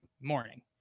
morning